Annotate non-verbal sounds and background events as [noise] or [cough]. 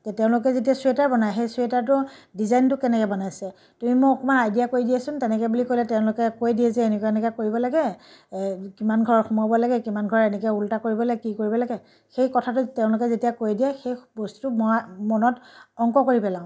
[unintelligible] তেওঁলোকে যেতিয়া চুৱেটাৰ বনাই সেই চুৱেটাৰটোৰ ডিজাইনটো কেনেকৈ বনাইছে তুমি মোক অকণমান আইডিয়া কৰি দিয়াচোন তেনেকৈ বুলি ক'লে তেওঁলোকে কৈ দিয়ে যে এনেকুৱা এনেকুৱা কৰিব লাগে কিমান ঘৰ সুমুৱাব লাগে কিমান ঘৰ এনেকৈ ওলটা কৰিব লাগে কি কৰিব লাগে সেই কথাটো তেওঁলোকে যেতিয়া কৈ দিয়ে সেই বস্তুটো মই [unintelligible] মনত অংক কৰি পেলাওঁ